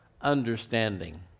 understanding